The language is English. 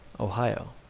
ohio.